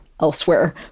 elsewhere